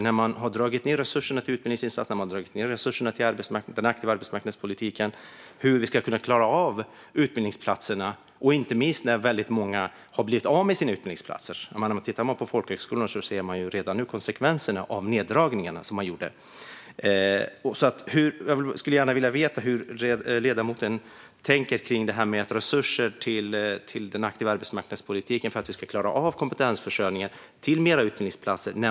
När regeringen dragit ned på resurserna till utbildningsinsatserna och den aktiva arbetsmarknadspolitiken - hur ska man då kunna klara antalet utbildningsplatser, inte minst nu när väldigt många har blivit av med sina utbildningsplatser? På folkhögskolorna syns redan konsekvenserna av neddragningarna regeringen gjorde. Jag skulle gärna vilja veta hur ledamoten tänker kring resurserna till den aktiva arbetsmarknadspolitiken för att man ska klara kompetensförsörjningen och till fler utbildningsplatser.